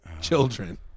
children